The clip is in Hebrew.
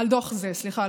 סליחה,